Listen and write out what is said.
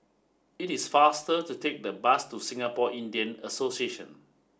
it is faster to take the bus to Singapore Indian Association